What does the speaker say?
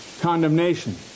condemnation